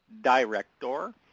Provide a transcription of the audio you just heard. director